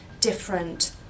different